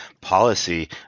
policy